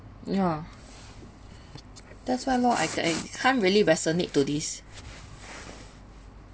ya that's why lor I I can't really resonate to this